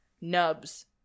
nubs